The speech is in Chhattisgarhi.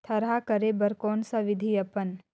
थरहा करे बर कौन सा विधि अपन?